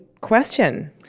question